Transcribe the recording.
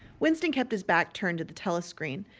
winston kept his back turned to the telescreen.